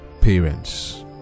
Parents